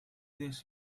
this